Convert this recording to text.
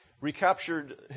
recaptured